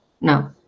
no